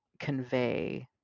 convey